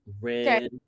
red